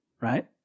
Right